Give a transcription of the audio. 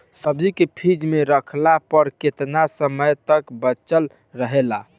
सब्जी के फिज में रखला पर केतना समय तक बचल रहेला?